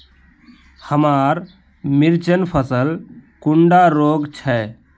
हमार मिर्चन फसल कुंडा रोग छै?